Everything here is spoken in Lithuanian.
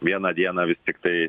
vieną dieną vis tiktai